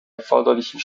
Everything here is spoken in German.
erforderlichen